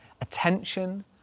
attention